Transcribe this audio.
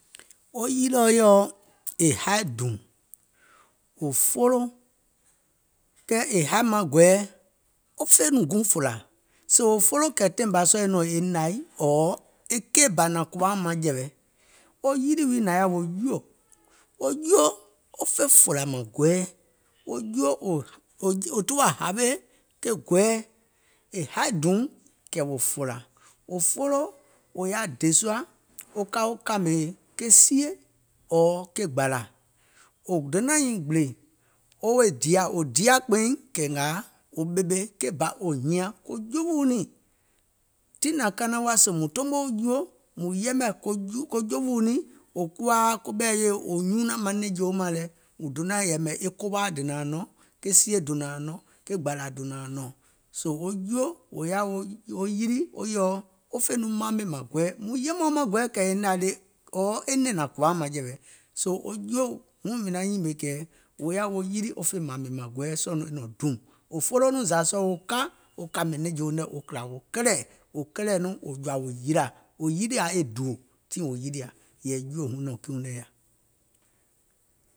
Wo yilìɔ̀ è haì dùùm wò folo, kɛɛ è haì maŋ gɔɛɛ wò fè yɛi guùŋ fòlȧ, sèè wò folo kɛ̀ taìŋ bȧ sɔɔ̀ e nɔ̀ŋ nȧi ɔ̀ɔ̀ e keì bà nȧŋ kùwàuŋ maŋjɛ̀wɛ, wo yilì wii nȧŋ yaà wo juò. Wo juò wo fè fòlȧ mȧŋ gɔɛɛ, wo juò wò tuwà hȧwe e hȧì dùùm kɛ̀ wò fòlȧ, wò folo wò yaȧ dè sùȧ wo ka wo kȧmè sie ɔ̀ɔ̀ ke gbȧlȧ, wò donȧŋ nyiìŋ gbìlè wo dià, wò diȧ kpeiŋ kɛ̀ ngȧȧ wò ɓèmè ke bȧ wò hìȧŋ ko jewìuŋ niìŋ, tiŋ nȧŋ kanaŋ wa sèè mùŋ tomo wo juò, mùŋ yɛmɛ̀ ko jewiuŋ niìŋ, wò kuwaa koɓɛ̀i yèe wò nyuunȧŋ maŋ nɛ̀ŋjeuŋ mȧŋ lɛ, mùŋ donȧŋ yɛ̀mɛ̀ ke kowaa dònȧȧŋ nɔ̀ŋ, ke gbàlȧ dònȧȧŋ nɔ̀ŋ. Wo juò wò yaà wo yilì wo yèɔ wo fè nɔŋ maamè mȧŋ gɔɛɛ, mùŋ yɛmɛ̀uŋ maŋ gɔɛɛ kɛ̀ e nȧi le ɔ̀ɔ̀ e nɛ̀ŋ nȧŋ kùwaùŋ maŋjɛ̀wɛ, soo wo juò wuŋ wò yaȧ wo yilì mìŋ naŋ nyìmè wo fè mȧȧmè mȧŋ gɔɛɛ sɔɔ̀ nɔŋ nɔ̀ŋ dùùm. Wò folo nɔŋ zȧ sɔɔ̀ wo ka wo kȧmè nɛ̀ŋjeuŋ nɛ̀ wo kìlȧ wo kɛɛ̀, wò kɛlɛ̀ nɔŋ wò jɔ̀ȧ wo yìlȧ, wò yilià le dùò, yɛ̀ì wo juò wuŋ e nɔ̀ŋ kiiuŋ nɛ̀ yaȧ.